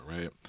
right